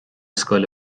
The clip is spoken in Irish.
scoil